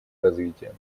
развития